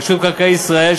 רשות מקרקעי ישראל,